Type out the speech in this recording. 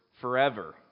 forever